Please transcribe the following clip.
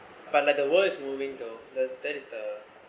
but like the world is moving to the that is the